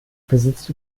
besitzt